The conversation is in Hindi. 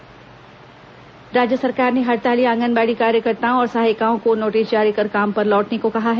आंगनबाडी कार्यकर्ता हडताल राज्य सरकार ने हड़ताली आंगनबाड़ी कार्यकर्ताओं और सहायिकाओं को नोटिस जारी कर काम पर लौटने को कहा है